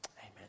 Amen